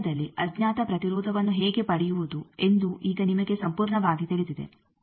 ಪ್ರಯೋಗಾಲಯದಲ್ಲಿ ಅಜ್ಞಾತ ಪ್ರತಿರೋಧವನ್ನು ಹೇಗೆ ಪಡೆಯುವುದು ಎಂದು ಈಗ ನಿಮಗೆ ಸಂಪೂರ್ಣವಾಗಿ ತಿಳಿದಿದೆ